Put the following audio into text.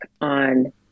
on